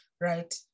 right